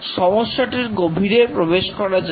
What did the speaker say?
সমস্যাটির গভীরে প্রবেশ করা যাক